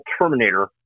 terminator